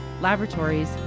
laboratories